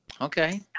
Okay